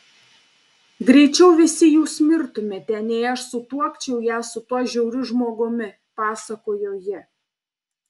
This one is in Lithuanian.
greičiau visi jūs mirtumėte nei aš sutuokčiau ją su tuo žiauriu žmogumi pasakojo ji